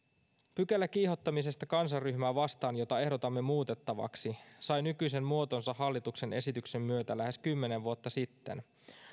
pykälä kiihottamisesta kansanryhmää vastaan jota ehdotamme muutettavaksi sai nykyisen muotonsa hallituksen esityksen myötä lähes kymmenen vuotta sitten